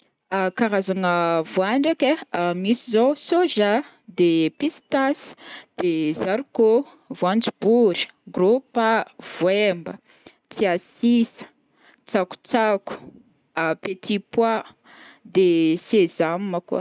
karazagna voa ndraiky ai, ah misy zao o soja, de pistasy, de zaricot, voanjombory, grôpa, voemba, tsiasisa, tsakotsako, petit pois, de sesame koa.